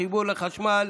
חיבור לחשמל,